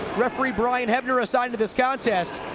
referee brian hebner assigned to this contest,